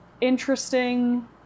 interesting